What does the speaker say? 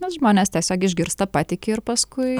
nes žmonės tiesiog išgirsta patiki ir paskui